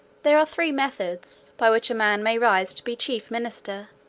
there are three methods, by which a man may rise to be chief minister.